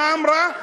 מה אמרה?